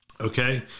Okay